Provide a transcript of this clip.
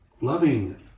loving